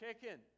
chicken